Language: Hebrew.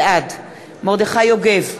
בעד מרדכי יוגב,